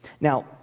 Now